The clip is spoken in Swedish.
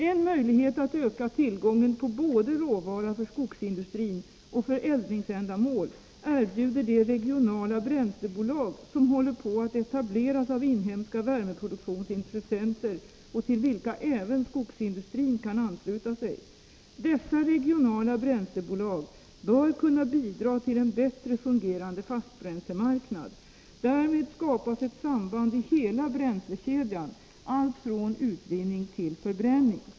En möjlighet att öka tillgången på råvara både för skogsindustrin och för eldningsändamål erbjuder de regionala bränslebolag som håller på att etableras av inhemska värmeproduktionsintressenter och till vilka även skogsindustrin kan ansluta sig. Dessa regionala bränslebolag bör kunna bidra till en bättre fungerande fastbränslemarknad. Därmed skapas ett samband i hela bränslekedjan, allt från utvinning till förbränning.